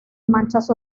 manchas